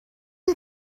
you